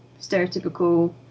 stereotypical